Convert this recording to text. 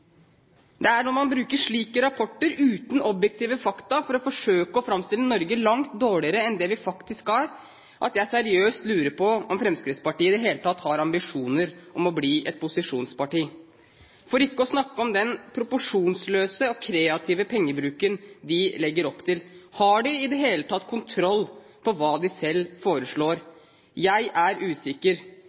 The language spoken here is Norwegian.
Det er når man bruker slike rapporter, uten objektive fakta, for å forsøke å framstille Norge som langt dårligere enn det vi faktisk er, at jeg seriøst lurer på om Fremskrittspartiet i det hele tatt har ambisjoner om å bli et posisjonsparti – for ikke å snakke om den proporsjonsløse og kreative pengebruken de legger opp til. Har de i det hele tatt kontroll på hva de selv foreslår? Jeg er usikker.